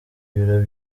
birori